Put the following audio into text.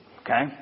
Okay